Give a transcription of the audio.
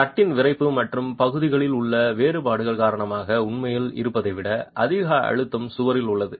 தட்டின் விறைப்பு மற்றும் பகுதிகளில் உள்ள வேறுபாடுகள் காரணமாக உண்மையில் இருப்பதை விட அதிக அழுத்தம் சுவரில் உள்ளது